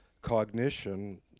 cognition